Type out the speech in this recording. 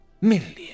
million